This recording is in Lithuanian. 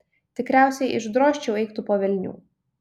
tikriausiai išdrožčiau eik tu po velnių